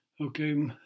okay